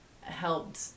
helped